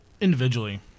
individually